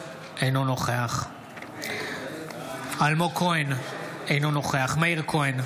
אינו נוכח אלמוג כהן, אינו נוכח מאיר כהן,